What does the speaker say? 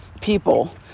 people